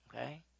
okay